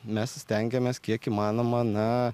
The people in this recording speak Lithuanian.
mes stengiamės kiek įmanoma na